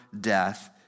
death